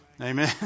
Amen